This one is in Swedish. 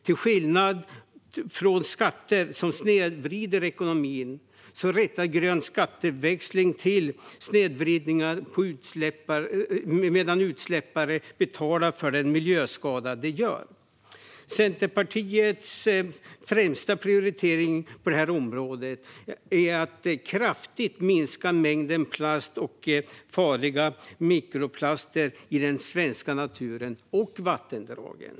Till skillnad från skatter som snedvrider ekonomin rättar grön skatteväxling till snedvridningar och låter utsläppare betala för den miljöskada de gör. Centerpartiets främsta prioritering på det här området är att kraftigt minska mängden plast och farliga mikroplaster i den svenska naturen och vattendragen.